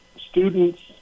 students